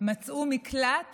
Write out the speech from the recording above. מצאו מקלט